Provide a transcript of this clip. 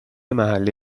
محله